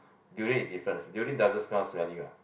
durian is different durian doesn't smell smelly [what]